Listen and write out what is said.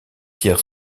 tire